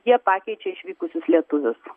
jie pakeičia išvykusius lietuvius